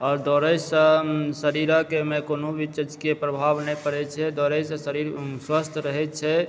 आओर दौड़यसँ शरीरमे कोनो भी चीज के प्रभाव नहि पड़ैत छै दौड़यसँ शरीर स्वस्थ रहैत छै